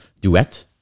duet